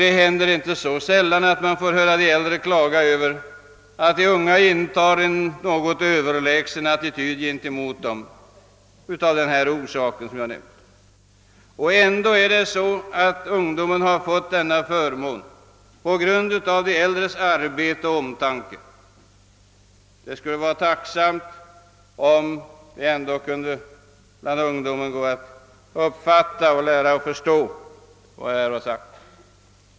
Det händer inte så sällan att man får höra de äldre klaga över att de unga intar en något överlägsen attityd mot dem av den orsak jag nu nämnt. Ändå har de unga fått förmånen att utbilda sig tack vare de äldres arbete och omtanke. Det skulle vara tacksamt om ungdomarna ville förstå och lära av det som jag nu påpekat.